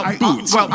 boots